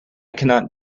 cannot